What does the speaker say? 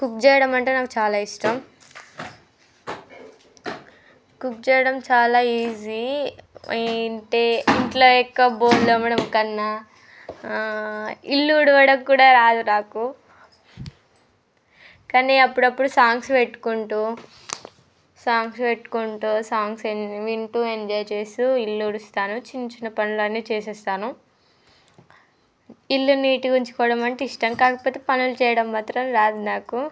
cook చేయడం అంటే నాకు చాలా ఇష్టం కుక్ చేయడం చాలా ఈజీ ఏంటి ఇంట్లో ఎక్కువ బోళ్ళు తోమడం కన్నా ఇల్లు ఊడవడం కూడా రాదు నాకు కానీ అప్పుడప్పుడు సాంగ్స్ పెట్టుకుంటూ సాంగ్స్ పెట్టుకుంటూ సాంగ్స్ వింటూ ఎంజాయ్ చేస్తూ ఇల్లు ఊడుస్తాను చిన్న చిన్న పనులన్నీ చేసేస్తాను ఇల్లు నీట్గా ఉంచుకోవడం అంటే ఇష్టం కాకపోతే పనులు చేయడం మాత్రం రాదు నాకు